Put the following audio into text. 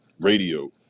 Radio